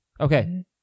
Okay